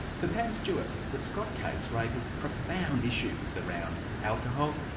for pam stewart, the scott case raises profound issues around alcohol,